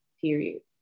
period